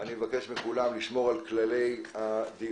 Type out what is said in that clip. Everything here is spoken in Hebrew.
אני מבקש מכולם לשמור על כללי הדיון.